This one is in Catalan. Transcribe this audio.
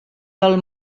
del